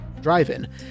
Drive-In